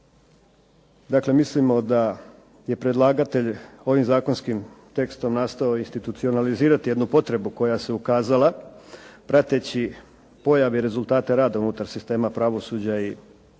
Dakle, mislimo da je predlagatelj ovim zakonskim tekstom nastojao institucionalizirati jednu potrebu koja se ukazala prateći pojave i rezultate rada unutar sistema pravosuđa i državnog